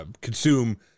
consume